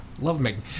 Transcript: lovemaking